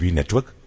Network